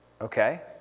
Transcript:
Okay